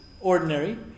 ordinary